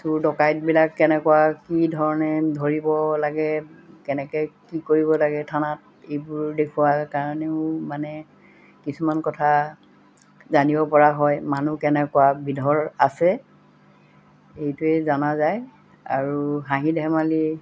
চোৰ দকাইতবিলাক কেনেকুৱা কি ধৰণে ধৰিব লাগে কেনেকে কি কৰিব লাগে থানাত এইবোৰ দেখুৱাৰ কাৰণেও মানে কিছুমান কথা জানিব পৰা হয় মানুহ কেনেকুৱা বিধৰ আছে এইটোৱেই জনা যায় আৰু হাঁহি ধেমালি